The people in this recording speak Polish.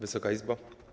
Wysoka Izbo!